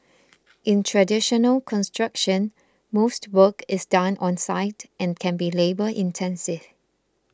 in traditional construction most work is done on site and can be labour intensive